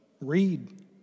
read